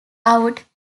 out